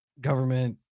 government